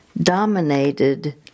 dominated